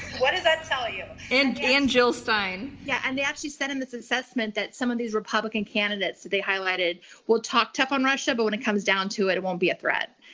what does that tell you? and and jill stein. yeah. and they actually said in this assessment that some of these republican candidates they highlighted will talk tough on russia, but when it comes down to it it won't be a threat.